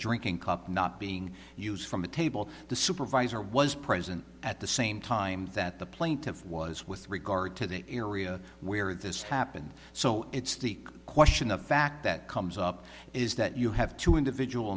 drinking cup not being used from the table the supervisor was present at the same time that the plaintiff was with regard to the area where this happened so it's the question of fact that comes up is that you have to individual